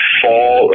fall